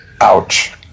Ouch